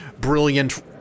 brilliant